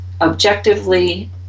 objectively